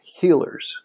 healers